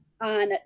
on